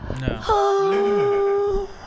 No